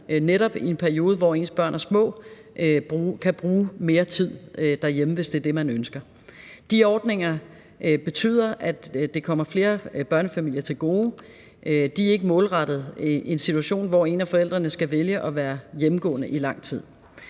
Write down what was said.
netop i en periode, hvor ens børn er små, kan bruge mere tid derhjemme, hvis det er det, man ønsker. De ordninger betyder, at det kommer flere børnefamilier til gode. De er ikke målrettet en situation, hvor en af forældrene skal vælge at være hjemmegående i lang tid.